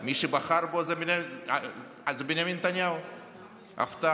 מי שבחר בו הוא בנימין נתניהו, הפתעה.